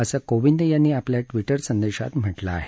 असं कोविंद यांनी आपल्या ट्विटर संदेशात म्हटलं आहे